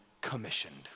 commissioned